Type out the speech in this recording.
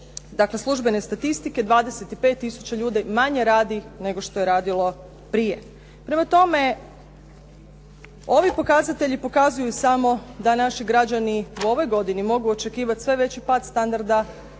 dakle službene statistike, 25 tisuća ljudi manje radi nego što je radilo prije. Prema tome, ovi pokazatelji pokazuju samo da naši građani u ovoj godini mogu očekivati sve veći pad standarda,